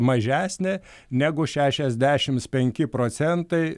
mažesnė negu šešiasdešimts penki procentai